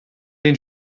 den